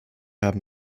haben